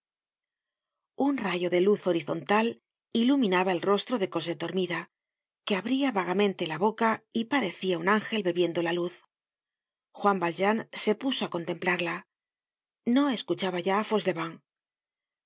un rayo de luz horizontal iluminaba el rostro de cosette dormida que abria vagamente la boca y parecia un ángel bebiendo la luz juan valjean se puso á contemplarla no escuchaba ya